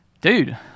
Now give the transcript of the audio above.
dude